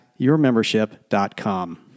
yourmembership.com